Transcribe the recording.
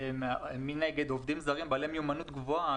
מנגד עובדים זרים בעלי מיומנות גבוהה,